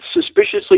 suspiciously